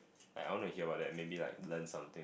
eh I want to hear about that maybe like learn something